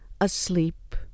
asleep